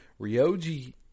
Ryoji